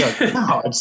No